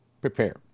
prepare